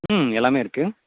ம் எல்லாமே இருக்குது